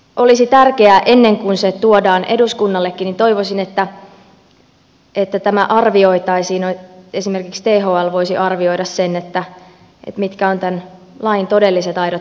olisi tärkeää että ennen kuin laki tuodaan eduskunnalle tämä arvioitaisiin että esimerkiksi thl voisi arvioida sen mitkä ovat tämän lain todelliset aidot vaikutukset